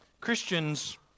Christians